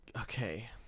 Okay